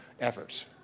efforts